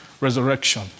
resurrection